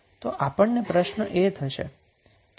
તો આપણને પ્રશ્ન એ થશે કે તેનો અર્થ શું છે